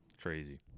crazy